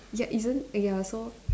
ya isn't ya so